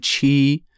chi